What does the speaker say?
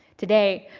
today,